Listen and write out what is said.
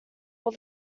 all